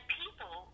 people